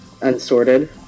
Unsorted